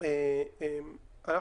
יש